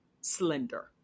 slender